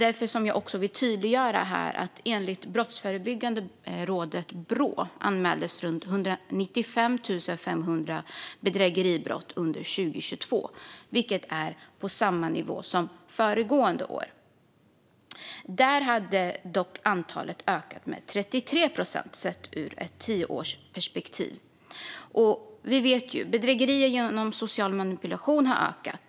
Därför vill jag tydliggöra att enligt Brottsförebyggande rådet, Brå, anmäldes runt 195 500 bedrägeribrott under 2022, vilket är på samma nivå som föregående år. Då hade dock antalet ökat med 33 procent sett ur ett tioårsperspektiv. Vi vet att bedrägerier genom social manipulation har ökat.